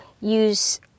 use